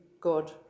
good